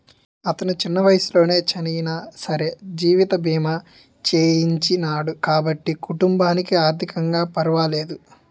అతను చిన్న వయసులోనే చనియినా సరే జీవిత బీమా చేయించినాడు కాబట్టి కుటుంబానికి ఆర్ధికంగా పరవాలేదు